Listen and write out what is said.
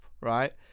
right